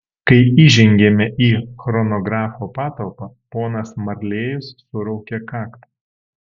kai įžengėme į chronografo patalpą ponas marlėjus suraukė kaktą